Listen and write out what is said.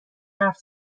حرف